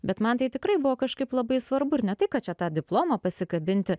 bet man tai tikrai buvo kažkaip labai svarbu ir ne tai kad čia tą diplomą pasikabinti